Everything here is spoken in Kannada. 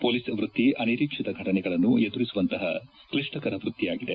ಮೊಲೀಸ್ ವ್ಯತ್ತಿ ಅನಿರೀಕ್ಷಿತ ಘಟನೆಗಳನ್ನು ಎದುರಿಸುವಂತಪ ಕ್ಷಿಷ್ಷಕರ ವ್ಯಕ್ತಿಯಾಗಿದೆ